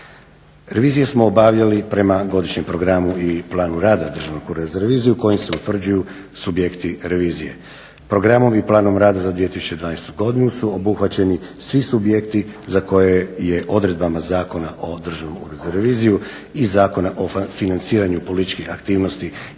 Revizije smo obavljali prema godišnjem programu i planu rada Državnog ureda za reviziju kojim se utvrđuju subjekti revizije. Programom i planom rada za 2012.godinu su obuhvaćeni svi subjekti za koje je odredbama Zakona o Državnom uredu za reviziju i Zakona o financiranju političkih aktivnosti